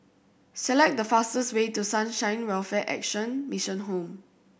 select the fastest way to Sunshine Welfare Action Mission Home